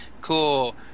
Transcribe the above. cool